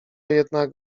jednak